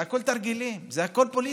זה לא יהיה, זה הכול תרגילים, זה הכול פוליטיקה,